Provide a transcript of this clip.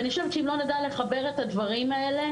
ואני חושבת שאם לא נדע לחבר את הדברים האלה,